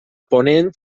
ponent